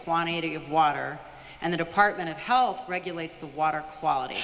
quantity of water and the department of health regulates the water quality